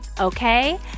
Okay